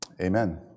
amen